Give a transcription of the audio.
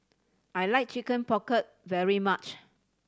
I like Chicken Pocket very much